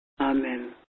Amen